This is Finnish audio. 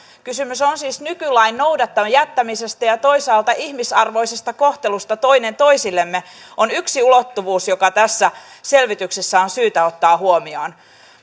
kysymys on on siis nykylain noudattamatta jättämisestä ja toisaalta ihmisarvoisesta kohtelusta toinen toisillemme on yksi ulottuvuus joka tässä selvityksessä on syytä ottaa huomioon